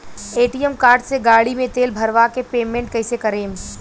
ATM card से गाड़ी मे तेल भरवा के पेमेंट कैसे करेम?